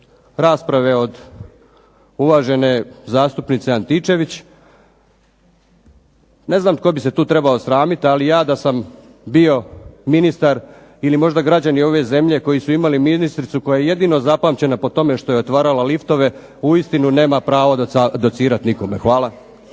rasprave od uvažene zastupnice Antičević. Ne znam tko bi se tu trebao sramiti, ali ja da sam bio ministar ili možda građani ove zemlje koji su imali ministricu koja je jedino zapamćena po tome što je otvarala liftove, uistinu nema pravo docirat nikome. Hvala.